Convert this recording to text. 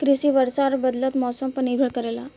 कृषि वर्षा और बदलत मौसम पर निर्भर करेला